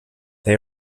they